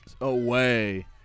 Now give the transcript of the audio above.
away